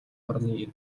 орны